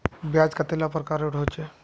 ब्याज कतेला प्रकारेर होचे?